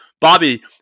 Bobby